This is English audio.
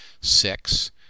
six